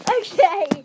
Okay